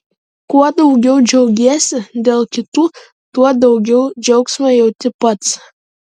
kuo daugiau džiaugiesi dėl kitų tuo daugiau džiaugsmo jauti pats